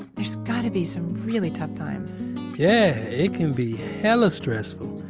there's got to be some really tough times yeah. it can be hella stressful,